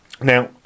Now